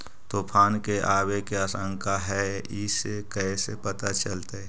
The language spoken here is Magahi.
तुफान के आबे के आशंका है इस कैसे पता चलतै?